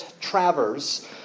Travers